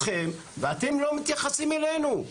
נוהרים יחד איתכם ואתם לא מתייחסים אלינו.